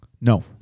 No